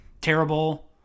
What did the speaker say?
terrible